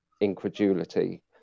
incredulity